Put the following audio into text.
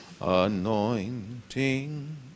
anointing